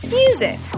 music